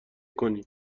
کنی